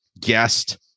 guest